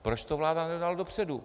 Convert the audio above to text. Proč to vláda nedala dopředu?